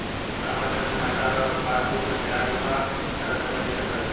साहब हमार जन धन मे खाता ह अउर पास बुक कहीं हेरा गईल बा हमार खाता संख्या कईसे पता चली?